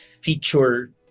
feature